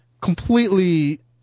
completely